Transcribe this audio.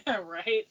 Right